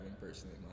personally